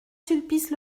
sulpice